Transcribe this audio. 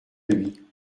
lui